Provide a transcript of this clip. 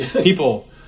People